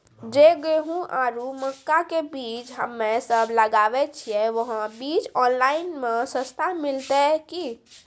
जे गेहूँ आरु मक्का के बीज हमे सब लगावे छिये वहा बीज ऑनलाइन मे सस्ता मिलते की?